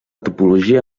topologia